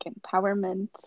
empowerment